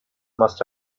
must